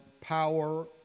power